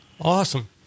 Awesome